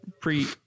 pre